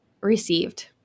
received